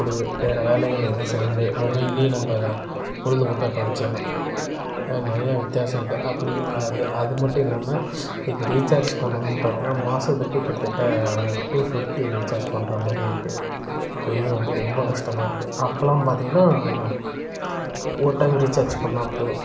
கொடுக்குது வேறே வேலைகள் எதுவும் செய்யமுடி மொபைலில் நம்ம பொழுதுபோக்கை கழிச்சிடுறோம் இந்த மாதிரி நிறைய வித்தியாசம் இருக்குது அப்படின்னு அது அதுமட்டும் இல்லாமல் இதுக்கு ரீசார்ஜ் பண்ணணுன்னு பார்த்தின்னா மாதத்துக்கு கிட்டத்தட்ட டூ ஃபிஃப்டி ரீசார்ஜ் பண்றமாதிரி இருக்குது அதையே வந்து ரொம்ப கஷ்டமாக இருக்குது அப்போலாம் பார்த்திங்கன்னா ஒரு டைம் ரீசார்ஜ் பண்ணால்போதும்